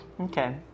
Okay